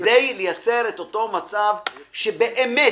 כדי לייצר את אותו מצב שבאמת